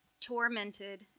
tormented